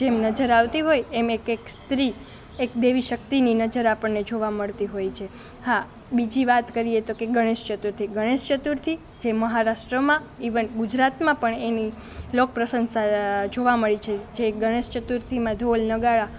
જેમ નજર આવતી હોય એમ એક એક સ્ત્રી એક દેવી શક્તિની નજર આપણને જોવા મળતી હોય છે હા બીજી વાત કરીએ તો કહે ગણેશ ચતુર્થી ગણેશ ચતુર્થી જે મહારાષ્ટ્રમાં ઇવન ગુજરાતમાં પણ એની લોક પ્રસંશા જોવા મળે છે જે ગણેશ ચતુર્થીમાં ઢોલ નગારા